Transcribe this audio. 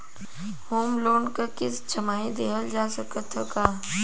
Home loan क किस्त छमाही देहल जा सकत ह का?